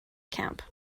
camp